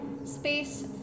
space